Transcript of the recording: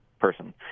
person